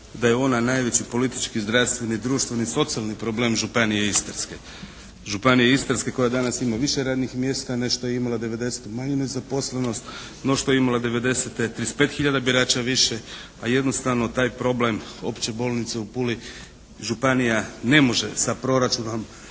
da je ona najveći politički zdravstveni, društveni i socijalni problem Županije istarske. Županije istarske koja danas ima više radnih mjesta, nešto je imala '90. manju nezaposlenost no što je imala '90. 35 hiljada birača više, a jednostavno taj problem Opće bolnice u Puli županija ne može sa proračunom